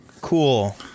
cool